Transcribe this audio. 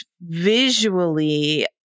visually